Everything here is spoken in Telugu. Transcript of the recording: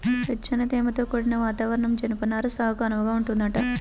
వెచ్చని, తేమతో కూడిన వాతావరణం జనపనార సాగుకు అనువుగా ఉంటదంట